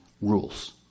rules